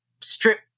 strip